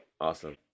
Awesome